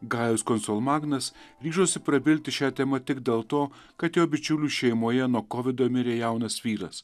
gajus konsolmagnas ryžosi prabilti šia tema tik dėl to kad jo bičiulių šeimoje nuo kovido mirė jaunas vyras